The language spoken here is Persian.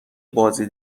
بازی